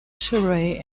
surrey